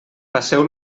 passeu